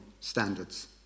standards